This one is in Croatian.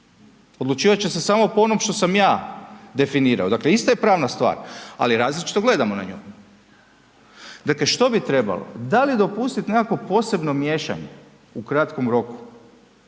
odlučivat će se samo po onom što sam ja definirao, dakle ista je pravna stvar, ali različito gledamo na nju. Dakle, što bi trebalo da li dopustit nekakvo posebno miješanje u kratkom roku,